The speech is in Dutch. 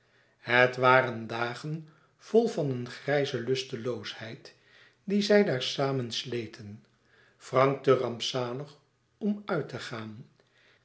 het waren dagen vol van eene grijze lusteloosheid die zij daar samen sleten frank te rampzalig om uit te gaan